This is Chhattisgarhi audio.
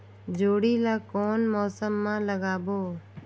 जोणी ला कोन मौसम मा लगाबो?